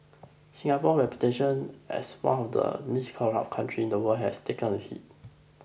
Singapore's reputation as one of the least corrupt countries in the world has taken a hit